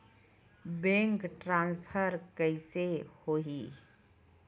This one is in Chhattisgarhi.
बैंक ट्रान्सफर कइसे होही?